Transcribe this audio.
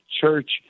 church